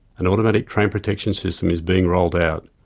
an automatic train protection system is being rolled out.